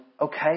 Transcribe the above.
okay